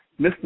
mr